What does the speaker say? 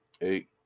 Eight